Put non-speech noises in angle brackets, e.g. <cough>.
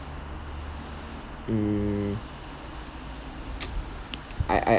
mm <noise> I I